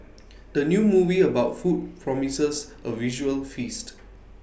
the new movie about food promises A visual feast